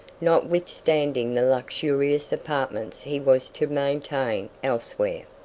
notwithstanding the luxurious apartments he was to maintain elsewhere.